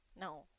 No